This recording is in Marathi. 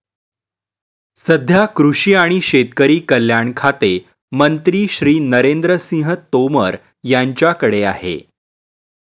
सध्या कृषी आणि शेतकरी कल्याण खाते मंत्री श्री नरेंद्र सिंह तोमर यांच्याकडे आहे